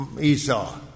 Esau